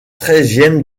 treizième